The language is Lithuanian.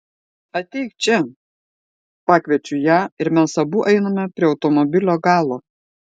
ateik čia pakviečiu ją ir mes abu einame prie automobilio galo